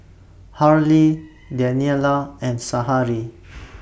Harley Daniella and Sahari